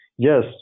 Yes